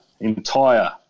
entire